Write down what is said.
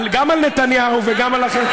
גם על נתניהו וגם על אחרים.